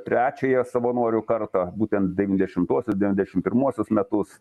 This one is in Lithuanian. trečiąją savanorių kartą būtent devyniasdešimuosius devyniasdešim pirmuosius metus